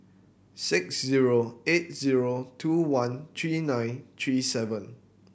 six zero eight zero two one three nine three seven